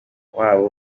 wabo